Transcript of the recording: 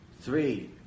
Three